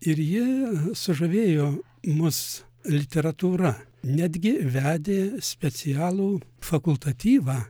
ir ji sužavėjo mus literatūra netgi vedė specialų fakultatyvą